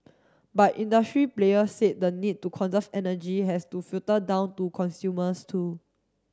but industry players say the need to conserve energy has to filter down to consumers too